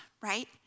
right